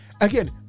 Again